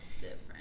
different